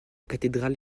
cathédrale